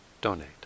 donate